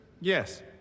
Yes